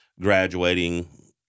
graduating